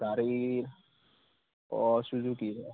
গাড়ী অ চুজুকীৰ